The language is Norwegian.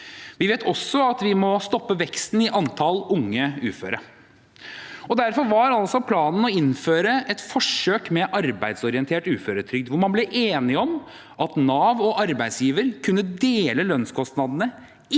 Vi vet også at vi må stoppe veksten i antall unge uføre. Derfor var planen å innføre et forsøk med arbeidsorientert uføretrygd, hvor man ble enige om at Nav og arbeidsgiver kunne dele lønnskostnadene